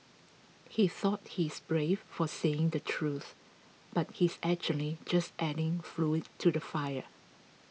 he thought he's brave for saying the truth but he's actually just adding fuel to the fire